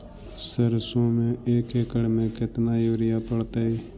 सरसों में एक एकड़ मे केतना युरिया पड़तै?